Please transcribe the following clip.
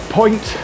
point